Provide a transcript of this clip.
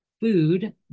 food